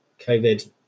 COVID